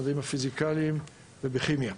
במדעים הפיזיקליים ובכימיה.